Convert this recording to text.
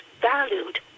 valued